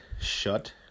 shut